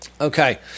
Okay